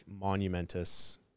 monumentous